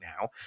now